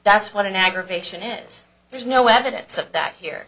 that's what an aggravation is there's no evidence of that here